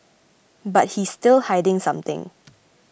but he's still hiding something